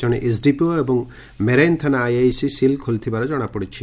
ଜଣେ ଏସ୍ଡିପିଓ ଏବଂ ମେରାଇନ୍ ଥାନା ଆଇଆଇସି ସିଲ୍ ଖୋଲିଥିବା କଣାପଡ଼ିଛି